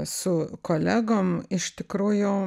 su kolegom iš tikrųjų